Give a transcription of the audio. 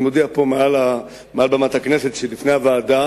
אני מודיע פה, מעל במת הכנסת, שלפני הוועדה